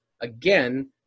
again